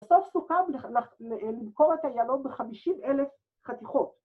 ‫בסוף תוכל למכור את עילון ‫ב-50 אלף חתיכות.